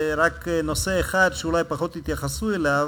ורק נושא אחד, שאולי פחות התייחסו אליו,